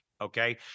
okay